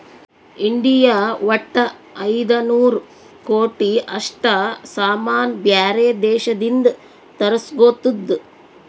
India ವಟ್ಟ ಐಯ್ದ ನೂರ್ ಕೋಟಿ ಅಷ್ಟ ಸಾಮಾನ್ ಬ್ಯಾರೆ ದೇಶದಿಂದ್ ತರುಸ್ಗೊತ್ತುದ್